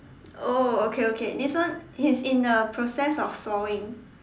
oh okay okay this one he's in the process of sawing